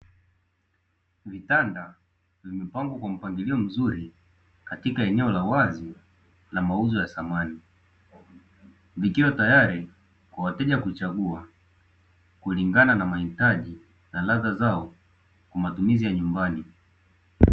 Vitanda vimepangwa kwa mpangilio mzuri katika eneo la wazi na mauzo ya samani, vikiwa tayari kwa wateja kuchagua kulingana na mahitaji na ladha zao kwa matumizi ya nyumbani.